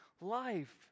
life